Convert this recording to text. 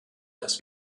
dass